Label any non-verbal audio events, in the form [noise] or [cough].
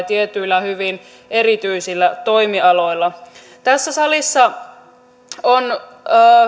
[unintelligible] tietyillä hyvin erityisillä toimialoilla tässä salissa on